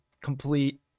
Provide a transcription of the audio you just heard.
complete